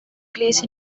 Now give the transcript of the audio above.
place